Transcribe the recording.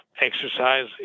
exercise